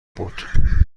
بود